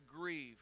grieve